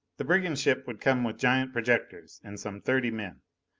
the brigand ship would come with giant projectors and some thirty men.